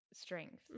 strength